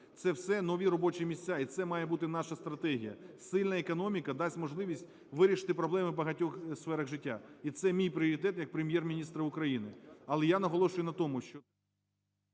це все нові робочі місця. І це має бути наша стратегія. Сильна економіка дасть можливість вирішити проблеми в багатьох сферах життя, і це мій пріоритет як Прем'єр-міністра України.